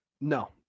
No